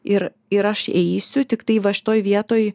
ir ir aš eisiu tiktai va šitoj vietoj